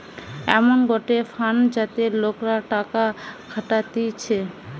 এমন গটে ফান্ড যাতে লোকরা টাকা খাটাতিছে